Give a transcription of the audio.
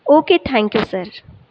okay thank you sir